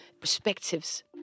perspectives